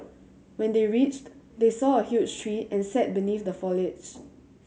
when they reached they saw a huge tree and sat beneath the foliage